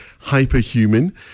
hyperhuman